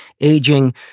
aging